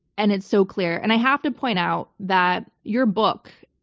and it's so clear. and i have to point out that your book,